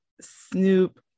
Snoop